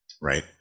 right